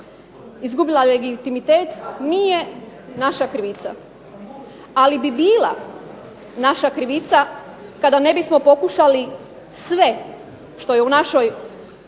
izgubila legitimitet nije naša krivica. Ali bi bila naša krivica kada ne bismo pokušali sve što je u našoj